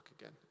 again